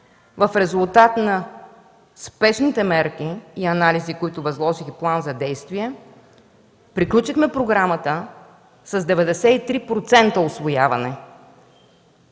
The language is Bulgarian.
В резултат на спешните мерки и анализи, които възложих, и план за действие, приключихме програмата с 93% усвояване.